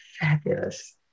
Fabulous